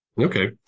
Okay